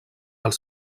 als